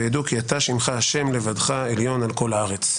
ויידעו-- כי-אתה שמך ה' לבדך: עליון, על-כל-הארץ."